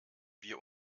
wir